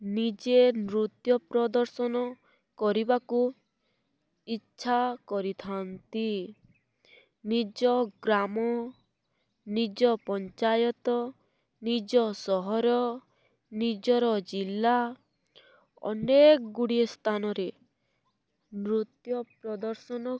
ନିଜେ ନୃତ୍ୟ ପ୍ରଦର୍ଶନ କରିବାକୁ ଇଛା କରିଥାନ୍ତି ନିଜ ଗ୍ରାମ ନିଜ ପଞ୍ଚାୟତ ନିଜ ସହର ନିଜର ଜିଲ୍ଲା ଅନେକ ଗୁଡ଼ିଏ ସ୍ଥାନରେ ନୃତ୍ୟ ପ୍ରଦର୍ଶନ